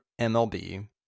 MLB